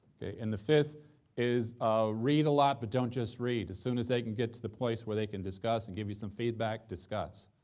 okay? and the fifth is ah read a lot, but don't just read. as soon as they can get to the place where they can discuss and give you some feedback, discuss.